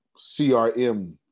CRM